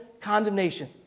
condemnation